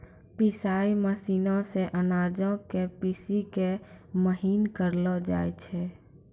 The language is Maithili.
पिसाई मशीनो से अनाजो के पीसि के महीन करलो जाय छै